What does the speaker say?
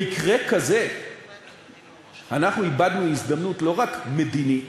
במקרה כזה אנחנו איבדנו הזדמנות, לא רק מדינית,